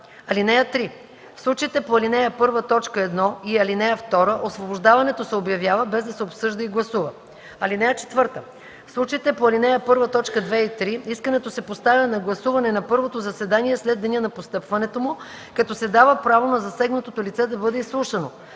й. (3) В случаите по ал. 1, т. 1 и ал. 2 освобождаването се обявява, без да се обсъжда и гласува. (4) В случаите по ал. 1, т. 2 и 3 искането се поставя на гласуване на първото заседание след деня на постъпването му, като се дава право на засегнатото лице да бъде изслушано.